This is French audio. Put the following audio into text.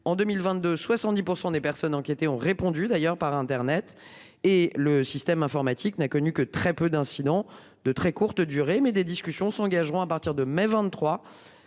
en 2022 70 % des personnes enquêter ont répondu d'ailleurs par Internet et le système informatique n'a connu que très peu d'incidents de très courte durée mais des discussions s'engageront à partir de mai 23,